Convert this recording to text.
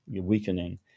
weakening